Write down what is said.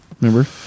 Remember